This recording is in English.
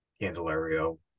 Candelario